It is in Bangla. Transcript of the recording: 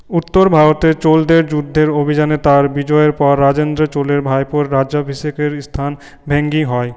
উত্তর ভারতে চোলদের যুদ্ধের অভিযানে তাঁর বিজয়ের পর রাজেন্দ্র চোলের ভাইপোর রাজ্যাভিষেকের স্থান ভেঙ্গি হয়